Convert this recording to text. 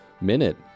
minute